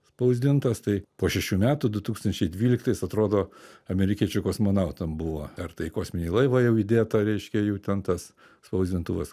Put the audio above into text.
spausdintas tai po šešių metų du tūkstančiai dvyliktais atrodo amerikiečių kosmonautam buvo ar tai į kosminį laivą jau įdėta reiškia jų ten tas spausdintuvas